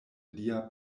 lia